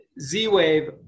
Z-Wave